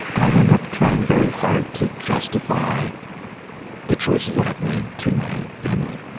i end up trying very hard to justify the choices that i've made to my family.